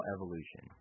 Evolution